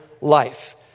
life